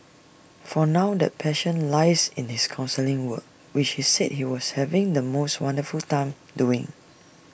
for now that passion lies in his counselling work which he said he was having the most wonderful time doing